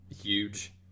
huge